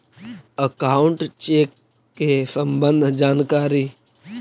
Account check के सम्बन्ध जानकारी?